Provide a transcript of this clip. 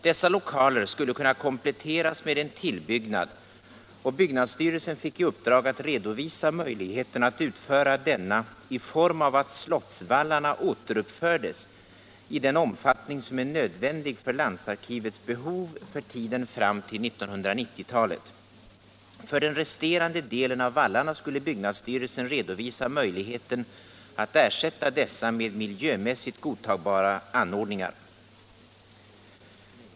Dessa lokaler skulle kunna kompletteras med en tillbyggnad, och byggnadsstyrelsen fick i uppdrag att redovisa möjligheterna att utföra denna i form av att slottsvallarna återuppfördes i den omfattning som är nödvändig för landsarkivets behov för tiden fram till 1990-talet. För den resterande delen av vallarna skulle byggnadsstyrelsen redovisa möjligheten att ersätta dessa med miljömässigt godtagbara anordningar.